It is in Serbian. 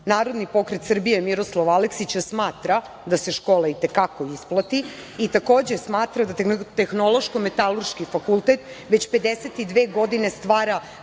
isplati. Narodni pokret Srbije – Miroslav Aleksić smatra da se škola i te kako isplati i takođe smatra da Tehnološko-metalurški fakultet već 52 godine stvara